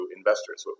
investors